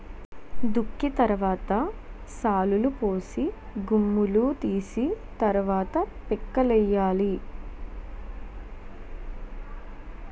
దుక్కి తరవాత శాలులుపోసి గుమ్ములూ తీసి తరవాత పిక్కలేయ్యాలి